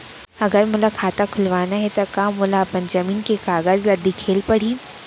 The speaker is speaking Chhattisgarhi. अगर मोला खाता खुलवाना हे त का मोला अपन जमीन के कागज ला दिखएल पढही?